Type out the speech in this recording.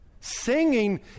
Singing